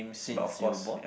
since you born